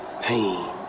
Pain